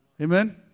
Amen